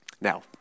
Now